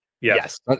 Yes